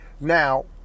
Now